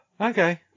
Okay